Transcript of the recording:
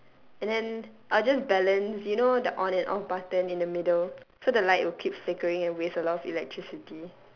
and then I'll just balance you know the on and off button in the middle so the light will keep flickering and waste a lot of electricity